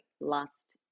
last